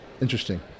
Interesting